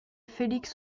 félix